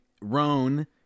Roan